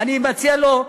אני מציע לו,